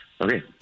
Okay